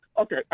Okay